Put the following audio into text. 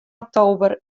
oktober